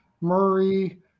Murray